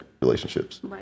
relationships